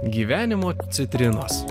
gyvenimo citrinos